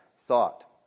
thought